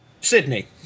Sydney